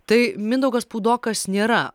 tai mindaugas puidokas nėra